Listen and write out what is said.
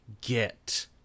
get